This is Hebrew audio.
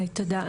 תודה.